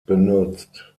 benutzt